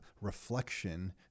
reflection